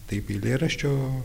taip eilėraščio